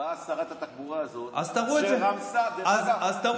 באה שרת התחבורה הזאת, שרמסה, אז תראו את זה.